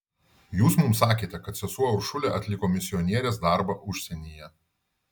jūs mums sakėte kad sesuo uršulė atliko misionierės darbą užsienyje